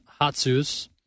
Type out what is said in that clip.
Hatsus